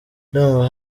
ndumva